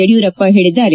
ಯಡಿಯೂರಪ್ಪ ಹೇಳಿದ್ದಾರೆ